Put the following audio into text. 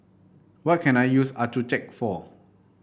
what can I use Accucheck for